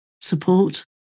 support